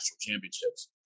championships